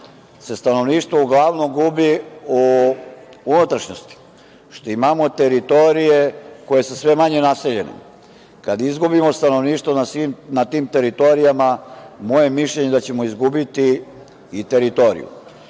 se stanovništvo uglavnom gubi u unutrašnjosti, što imamo teritorije koje su sve manje naseljene. Kad izgubimo stanovništvo na svim tim teritorijama, moje mišljenje je da ćemo izgubiti i teritoriju. Mi